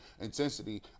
intensity